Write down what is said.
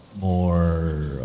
more